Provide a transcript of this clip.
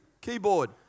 keyboard